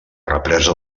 represa